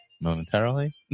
momentarily